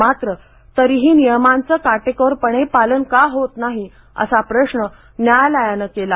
मात्र तरीही नियमांचं काटेकोरपणे पालन का होत नाही असा प्रश्न न्यायालयाने केला